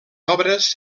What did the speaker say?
obres